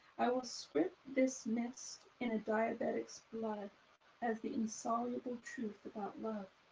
i will script this mess in a diabetic's blood as the insoluble truth about love